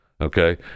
okay